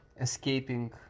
escaping